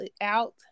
out